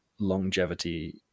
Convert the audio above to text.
longevity